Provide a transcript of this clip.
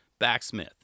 backsmith